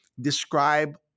describe